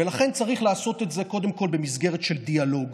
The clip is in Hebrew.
ולכן צריך לעשות את זה קודם כול במסגרת של דיאלוג